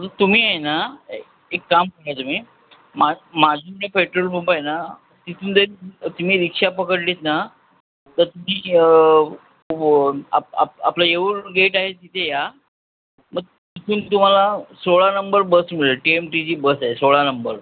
तुम्ही आहे ना एक काम करा तुम्ही मा माजीवाडा पेट्रोल पंप आहे ना तिथून जरी तुम्ही रिक्षा पकडलीत ना तर तुम्ही व आप आपलं येऊर गेट आहे तिथे या मग तिथून तुम्हाला सोळा नंबर बस मिळेल टी एम टीची बस आहे सोळा नंबर